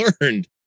learned